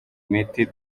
miti